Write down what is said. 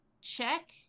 check